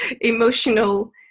emotional